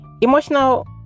Emotional